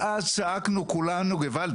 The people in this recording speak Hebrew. ואז צעקנו כולנו געוואלד,